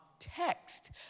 text